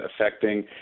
affecting